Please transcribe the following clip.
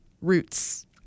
roots